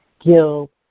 guilt